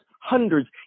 hundreds